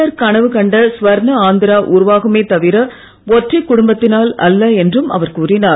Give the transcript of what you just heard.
R கனவு கண்ட சுவர்ண ஆந்திரா உருவாகுமே தவிர ஒற்றைக் குடும்பத்தினால் அல்ல என்றும் அவர் கூறினார்